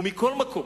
ומכל מקום,